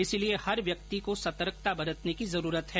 इसलिए हर व्यक्ति को सतर्कता बरतने की ज़रूरत है